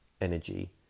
energy